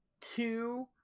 two